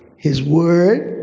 his word,